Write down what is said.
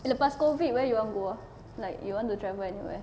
lepas COVID where you want go ah like you want to travel anywhere